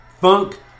Funk